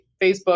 Facebook